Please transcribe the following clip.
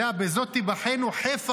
"בזאת תבחנו, חי פרעה".